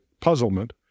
puzzlement